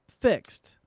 fixed